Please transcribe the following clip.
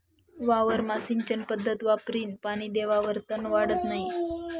वावरमा सिंचन पध्दत वापरीन पानी देवावर तन वाढत नै